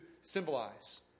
symbolize